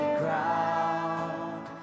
ground